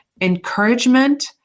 encouragement